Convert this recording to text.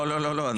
לא, לא, לא.